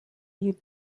you